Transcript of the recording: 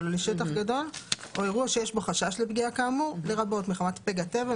ולשטח גדול או אירוע שיש בו חשש לפגיעה כאמור לרבות מחמת פגע טבע,